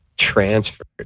transferred